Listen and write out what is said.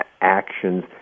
actions